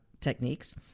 techniques